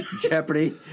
Jeopardy